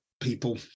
people